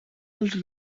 els